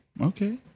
Okay